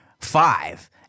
five